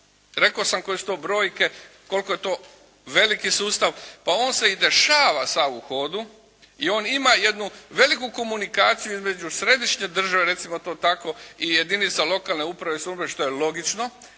rekao sam koje su to brojke, koliko je to veliki sustav, pa on se i dešava sav u hodu i on ima jednu veliku komunikaciju između središnje države recimo to tako i jedinica lokalne uprave i samouprave što je logično,